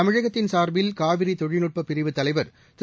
தமிழகத்தின் சார்பில் காவிரி தொழில்நுட்பப் பிரிவு தலைவர் திரு